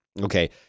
Okay